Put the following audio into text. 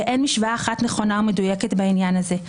ואין משוואה אחת נכונה ומדויקת בעניין הזה.